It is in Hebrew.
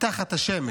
תחת השמש